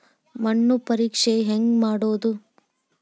ಮಣ್ಣು ಪರೇಕ್ಷೆ ಹೆಂಗ್ ಮಾಡೋದು?